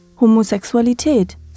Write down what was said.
homosexualität